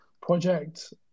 project